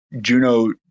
Juno